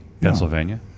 Pennsylvania